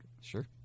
Sure